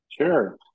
Sure